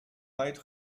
weit